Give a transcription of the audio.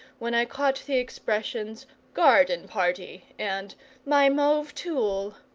when i caught the expressions garden-party and my mauve tulle,